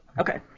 Okay